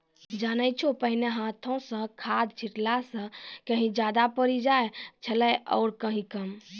जानै छौ पहिने हाथों स खाद छिड़ला स कहीं ज्यादा पड़ी जाय छेलै आरो कहीं कम